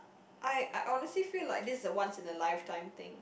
I uh honestly feel like this is a once in a lifetime thing